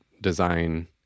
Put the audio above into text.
design